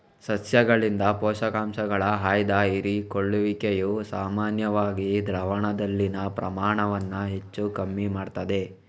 ಸಸ್ಯಗಳಿಂದ ಪೋಷಕಾಂಶಗಳ ಆಯ್ದ ಹೀರಿಕೊಳ್ಳುವಿಕೆಯು ಸಾಮಾನ್ಯವಾಗಿ ದ್ರಾವಣದಲ್ಲಿನ ಪ್ರಮಾಣವನ್ನ ಹೆಚ್ಚು ಕಮ್ಮಿ ಮಾಡ್ತದೆ